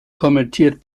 kommentiert